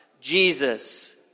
Jesus